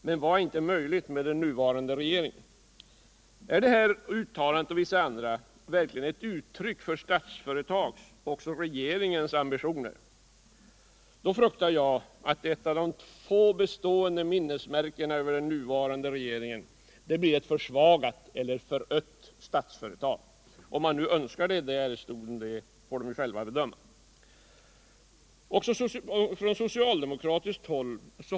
Men vad är inte möjligt med den nuvarande regeringen? Är det här uttalandet och vissa andra verkligen uttryck för Statsföretags och också regeringens ambitioner. då fruktar jag att eu av de få bestående minnesmärkena över den nuvarande regeringen blir ett försvagat eller förött Näringspolitiken Näringspolitiken Statslöretag. Om regeringen nu önskar det — det får den ju själv bedöma. Också från socialdemokratiskt hål!